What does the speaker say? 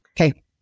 Okay